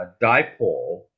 dipole